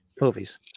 movies